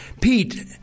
Pete